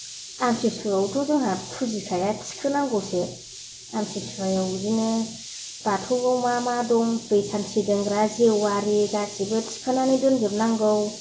आमथिसुवायावथ' जोंहा फुजिखाया थिखांनांगौसो आमथिसुवायाव बिदिनो बाथौआव मा मा दं दै सानथि दोनग्रा जेवारि गासिबो थिखांनानै दोनजोबनांगौ